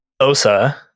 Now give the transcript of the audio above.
osa